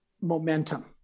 momentum